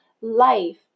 life